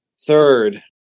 third